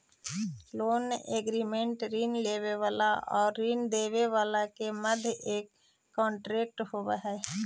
loan agreement ऋण लेवे वाला आउर ऋण देवे वाला के मध्य एक कॉन्ट्रैक्ट होवे हई